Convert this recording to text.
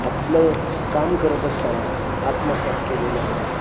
आपलं काम करत असताना आत्मसात केलेल्या होत्या